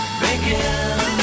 begin